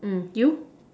um you